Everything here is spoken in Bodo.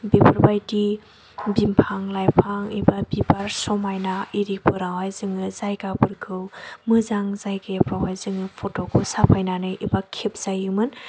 बेफोरबायदि बिफां लाइफां एबा बिबार समायना बिदिफोरावहाय जोङो जायगाफोरखौ मोजां जायगाफोरावहाय जोङो फथ'खौ साफायनानै एबा खेबजायोमोन